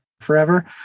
forever